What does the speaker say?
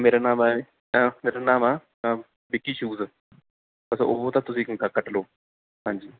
ਮੇਰਾ ਨਾਮ ਹੈ ਮੇਰਾ ਨਾਮ ਆ ਬਿੱਕੀ ਸ਼ੂਜ ਬੱਸ ਉਹ ਤਾਂ ਤੁਸੀਂ ਕੱਟ ਲਓ ਹਾਂਜੀ